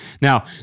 Now